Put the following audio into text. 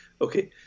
Okay